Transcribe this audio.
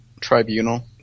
Tribunal